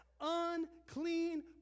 unclean